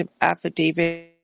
affidavit